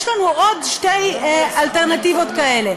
יש לנו עוד שתי אלטרנטיבות כאלה,